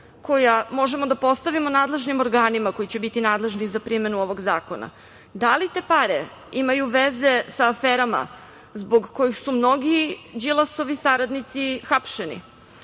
koja možemo da postavimo nadležnim organima koji će biti nadležni za primenu ovog zakona. Da li te pare imaju veze sa aferama zbog kojih su mnogi Đilasovi saradnici hapšeni?